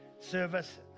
service